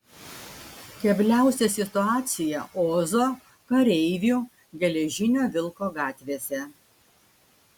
kebliausia situacija ozo kareivių geležinio vilko gatvėse